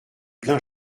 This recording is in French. plein